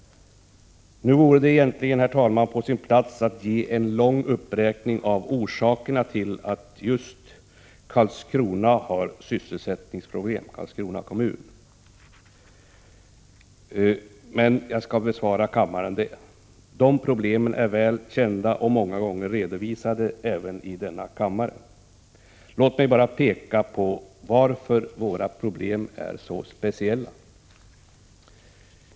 Nu vore det egentligen, herr talman, på sin plats med en lång uppräkning av orsakerna till att just Karlskrona kommun har sysselsättningsproblem. Men jag skall bespara kammaren det. Dessa problem är väl kända och många gånger redovisade även i denna kammare. Låt mig bara peka på varför våra problem är så speciella.